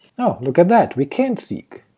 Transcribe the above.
oh, look, at that, we can't seek.